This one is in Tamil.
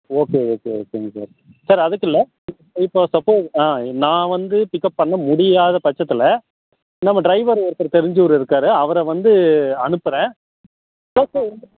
ஓகே ஓகே ஓகேங்க சார் சார் அதுக்கில்லை இப்போ சப்போஸ் ஆ நான் வந்து பிக்கப் பண்ண முடியாத பட்சத்தில் நம்ம டிரைவர் ஒருத்தர் தெரிஞ்சவர் இருக்கார் அவரை வந்து அனுப்பறேன்